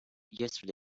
yesterday